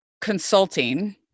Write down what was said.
consulting